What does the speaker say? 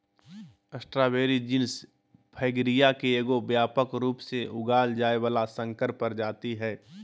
strawberry genus Fragaria के एगो व्यापक रूप से उगाल जाय वला संकर प्रजाति हइ